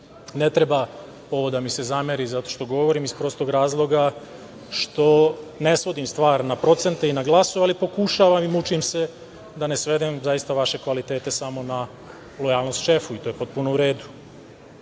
Ne treba ovo da mi se zameri zato što govorim iz prostog razloga što ne svodim stvar na procente i glasove, ali pokušavam i mučim se da ne svedem zaista vaše kvalitete samo na lojalnost šefu, i to je potpuno u